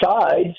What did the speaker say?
sides